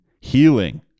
healing